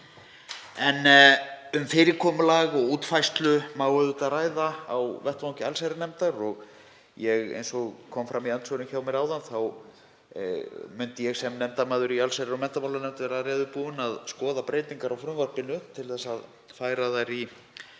Um fyrirkomulag og útfærslu má auðvitað ræða á vettvangi allsherjarnefndar og eins og kom fram í andsvörum hjá mér áðan þá myndi ég sem nefndarmaður í allsherjar- og menntamálanefnd vera reiðubúinn að skoða breytingar á frumvarpinu til að færa þær í